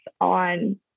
on